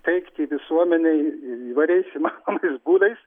teikti visuomenei įvairiais įmanomais būdais